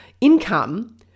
income